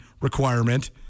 requirement